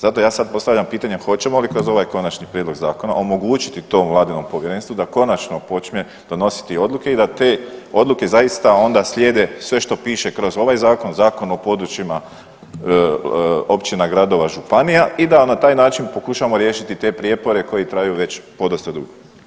Zato ja sad postavljam pitanje hoćemo li kroz ovaj Konačni prijedlog zakona omogućiti tom vladinom povjerenstvu da konačno počne donositi odluke i da te odluke onda zaista slijede sve što piše kroz ovaj zakon, Zakon o područjima općina, gradova, županija i da na taj način pokušamo riješiti te prijepore koji traju već podosta dugo.